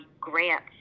grants